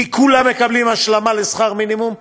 כי כולם מקבלים השלמה לשכר מינימום.